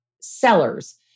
sellers